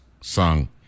song